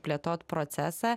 plėtot procesą